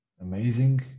Amazing